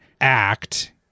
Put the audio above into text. act